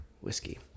whiskey